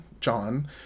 John